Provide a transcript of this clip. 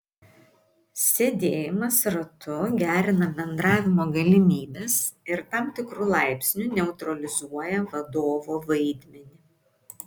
sėdėjimas ratu gerina bendravimo galimybes ir tam tikru laipsniu neutralizuoja vadovo vaidmenį